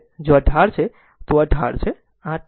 જો આ ઢાળ છે તો આ ઢાળ છે